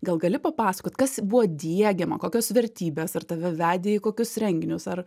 gal gali papasakot kas buvo diegiama kokios vertybės ar tave vedė į kokius renginius ar